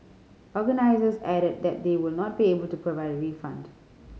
organisers added that they would not be able to provide a refund